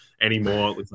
anymore